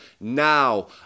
Now